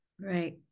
Right